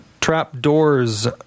Trapdoors